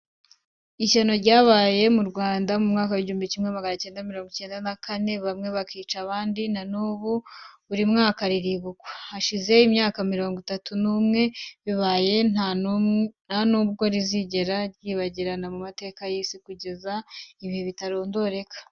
Ishyano ryabaye mu Rwanda mu mwaka w'igihumbi kimwe na magana acyenda na mirongo icyenda na kane, bamwe bakica abandi, na n'ubu, buri mwaka riribukwa, hashize imyaka mirongo itatu n'umwe bibaye, nta n'ubwo rizigera ryibagirana mu mateka y'isi, kugeza ibihe bitarondoreka,